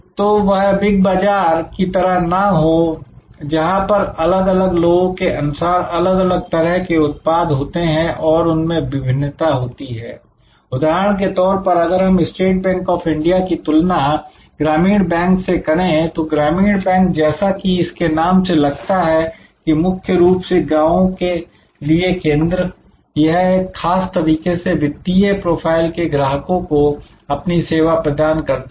तो वह Big Bazaar की तरह ना हो जहां पर अलग अलग लोगों के अनुसार अलग अलग तरह के उत्पाद होते हैं और उनमें विभिन्नता होती है उदाहरण के तौर पर अगर हम स्टेट बैंक ऑफ इंडिया की तुलना ग्रामीण बैंक से करें तो ग्रामीण बैंक जैसा कि इसके नाम से लगता है मुख्य रूप से गांवों के लिए केंद्र यह एक खास तरीके के वित्तीय प्रोफाइल के ग्राहकों को अपनी सेवा प्रदान करता है